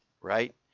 right